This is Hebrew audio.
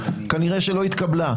כנראה שלא התקבלה,